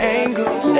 angles